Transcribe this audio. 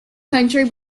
county